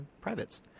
privates